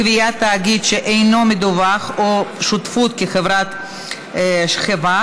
קביעת תאגיד שאינו מדווח או שותפות כחברת שכבה),